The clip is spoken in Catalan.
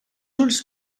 ulls